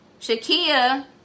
Shakia